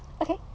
Okay